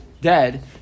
dead